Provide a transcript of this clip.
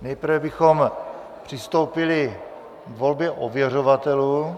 Nejprve bychom přistoupili k volbě ověřovatelů.